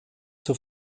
zur